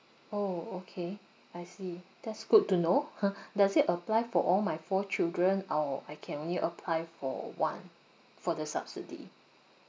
orh okay I see that's good to know does it apply for all my four children or I can only apply for one for the subsidy